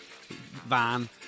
van